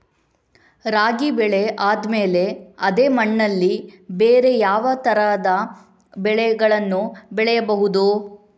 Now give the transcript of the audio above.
ರಾಗಿ ಬೆಳೆ ಆದ್ಮೇಲೆ ಅದೇ ಮಣ್ಣಲ್ಲಿ ಬೇರೆ ಯಾವ ತರದ ಬೆಳೆಗಳನ್ನು ಬೆಳೆಯಬಹುದು?